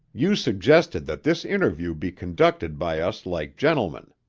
you suggested that this interview be conducted by us like gentlemen.